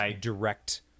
direct